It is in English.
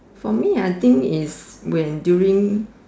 for me I think is when during